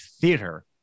theater